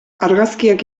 argazkiak